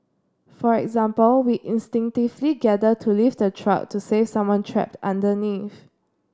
for example we instinctively gather to lift a truck to save someone trapped underneath